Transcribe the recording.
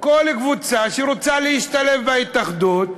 כל קבוצה שרוצה להשתלב בהתאחדות,